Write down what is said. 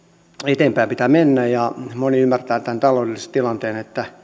eteenpäin pitää mennä ja moni ymmärtää tämän taloudellisen tilanteen että